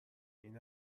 این